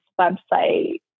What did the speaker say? website